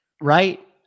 Right